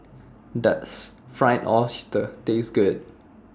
Does Fried Oyster Taste Good